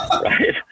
right